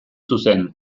zuzen